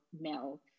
male